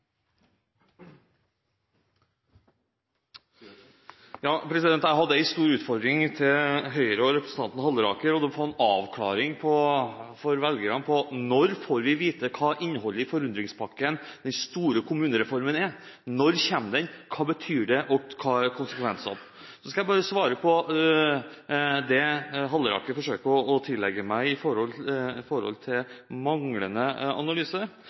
Jeg hadde en stor utfordring til Høyre og representanten Halleraker, og det var at velgerne skal få en avklaring på: Når får vi vite hva innholdet i forundringspakken, den store kommunereformen, er? Når kommer den, hva betyr det, og hva er konsekvensene? Så skal jeg svare på det Halleraker forsøker å tillegge meg når det gjelder manglende analyse.